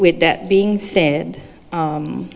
with that being said